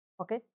Okay